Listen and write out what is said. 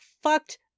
fucked